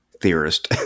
theorist